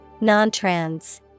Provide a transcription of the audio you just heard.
Non-trans